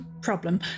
problem